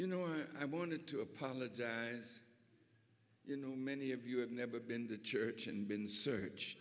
you know i wanted to apologize you know many of you have never been to church and been searched